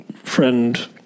friend